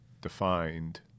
defined